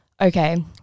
okay